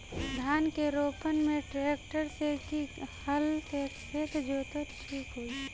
धान के रोपन मे ट्रेक्टर से की हल से खेत जोतल ठीक होई?